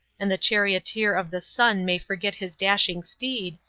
and the charioteer of the sun may forget his dashing steed,